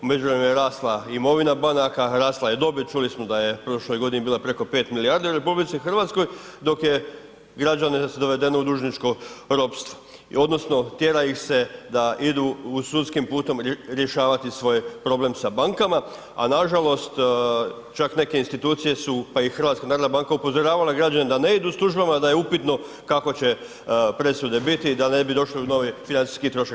U međuvremenu je rasla imovina banaka, rasla je dobit, čuli smo da je prošle godine bila preko 5 milijardi u RH, dok je građane dovedeno u dužničko ropstvo odnosno tjera ih se da idu sudskim putem rješavati svoj problem sa bankama, a nažalost čak neke institucije su pa i HNB upozoravale građane da ne idu s tužbama da je upitno kako presude biti da ne bi došli u novi financijski trošak.